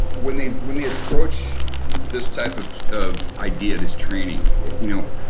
when they when they approach this type of ah idea, this training you